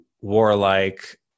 warlike